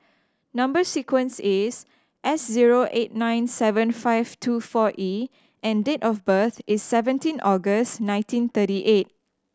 number sequence is S zero eight nine seven five two four E and date of birth is seventeen August nineteen thirty eight